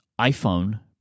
iPhone